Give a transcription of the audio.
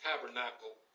tabernacle